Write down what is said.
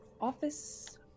office